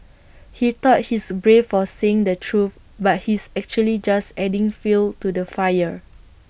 he thought he's brave for saying the truth but he's actually just adding fuel to the fire